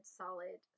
solid